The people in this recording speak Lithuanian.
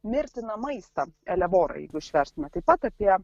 mirtiną maistą elevonorai jeigu užverstumėte taip pat apie